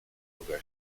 boga